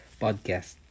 podcast